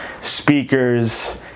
speakers